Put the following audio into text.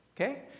Okay